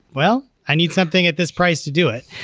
well, i need something at this price to do it.